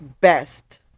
best